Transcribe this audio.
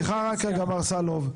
סליחה רק רגע, מר סלהוב.